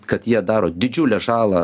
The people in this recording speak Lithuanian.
kad jie daro didžiulę žalą